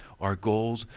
our goals,